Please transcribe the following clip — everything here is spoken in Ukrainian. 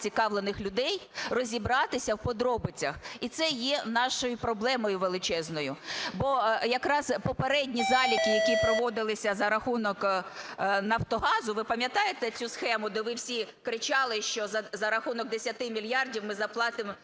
зацікавлених людей розібратися в подробицях. І це є нашою проблемою величезною. Бо якраз попередні заліки, які проводилися за рахунок Нафтогазу... Ви пам'ятаєте цю схему, де ви всі кричали, що за рахунок 10 мільярдів ми заплатимо